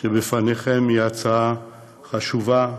שלפניכם היא הצעה חשובה,